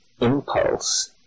impulse